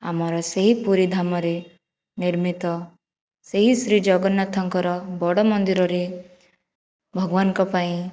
ଆମର ସେହି ପୁରୀ ଧାମରେ ନିର୍ମିତ ସେହି ଶ୍ରୀ ଜଗନ୍ନାଥଙ୍କର ବଡ଼ ମନ୍ଦିରରେ ଭଗବାନଙ୍କ ପାଇଁ